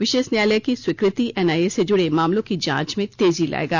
विशेष न्यायालय की स्वीकृति एनआईए से जुड़े मामलों की जांच में तेजी लायेगा